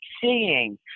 seeing